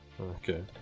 Okay